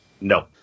No